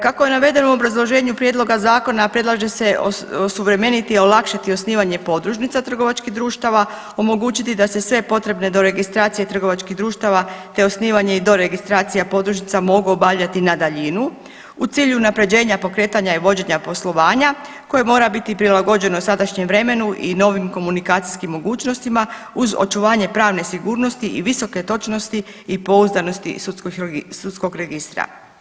Kako je navedeno u obrazloženju prijedloga zakona predlaže se osuvremeniti, olakšati osnivanje podružnica trgovačkih društava, omogućiti da se sve potrebne do registracije trgovačkih društava te osnivanje i doregistracija podružnica mogu obavljati na daljinu u cilju unapređenja pokretanja i vođenja poslovanja koje mora biti prilagođeno sadašnjem vremenu i novim komunikacijskim mogućnostima uz očuvanje pravne sigurnosti i visoke točnosti i pouzdanosti sudskog registra.